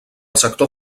sector